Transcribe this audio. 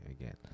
again